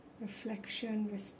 reflection